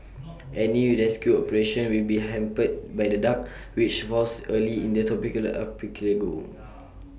any rescue operation will be hampered by the dark which falls early in the tropical archipelago